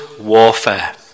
warfare